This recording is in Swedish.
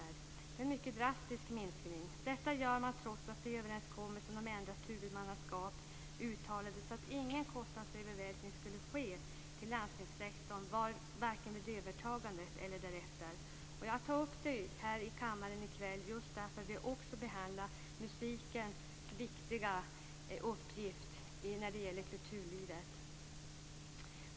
Det är en mycket drastisk minskning. Detta gör man trots att det i överenskommelsen om ändrat huvudmannaskap uttalades att ingen kostnadsövervältring skulle ske till landstingssektorn, varken vid övertagandet eller därefter. Jag tar upp det här i kammaren i kväll just därför att vi också behandlar musikens viktiga uppgift i kulturlivet.